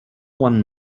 one